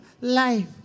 life